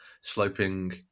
sloping